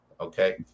Okay